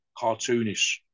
cartoonish